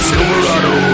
Silverado